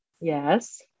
Yes